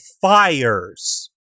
fires